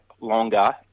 longer